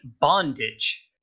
bondage